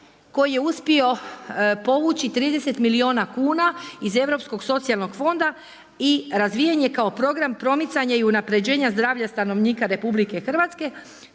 koji je uspio povući 30 milijuna kuna iz Europskog socijalnog fonda i razvijen je kao program promicanja i unapređenja zdravlja stanovnika RH promicanjem